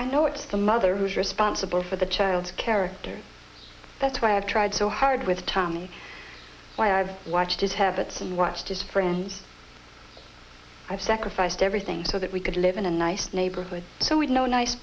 i know it's the mother who's responsible for the child's character that's why i've tried so hard with tommy why i've watched his habits and watched his friends i've sacrificed everything so that we could live in a nice neighborhood so we know nice